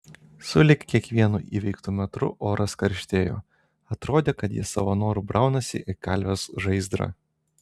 sulig kiekvienu įveiktu metru oras karštėjo atrodė kad jie savo noru braunasi į kalvės žaizdrą